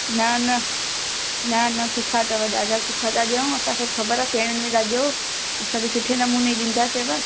न न न न सुठा अथव ॾाढा सुठा था ॾियूं असांखे ख़बर आहे सेणनि में ॾाढो असां बि सुठे नमूने ई ॾींदा सभु